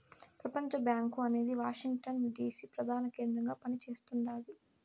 ప్రపంచబ్యాంకు అనేది Washington DC ప్రదాన కేంద్రంగా పని చేస్తుండాది